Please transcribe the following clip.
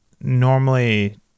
normally